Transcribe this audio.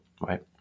right